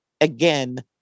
again